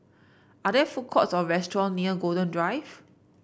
are there food courts or restaurant near Golden Drive